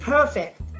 Perfect